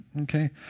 Okay